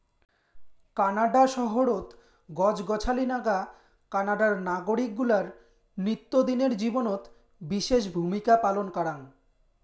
Canada শহরত গছ গছালি নাগা কানাডার নাগরিক গুলার নিত্যদিনের জীবনত বিশেষ ভূমিকা পালন কারাং